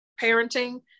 parenting